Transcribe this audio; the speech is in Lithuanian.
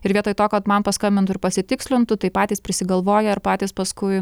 ir vietoj to kad man paskambintų ir pasitikslintų tai patys prisigalvoja ir patys paskui